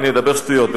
אני מדבר שטויות.